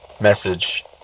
message